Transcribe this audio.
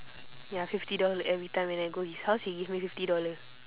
ya fifty dollar everytime when I go his house he give me fifty dollar